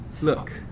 Look